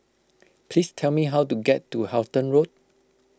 please tell me how to get to Halton Road